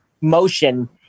motion